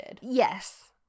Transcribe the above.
yes